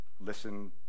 listen